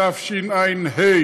התשע"ה